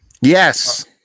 Yes